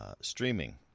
streaming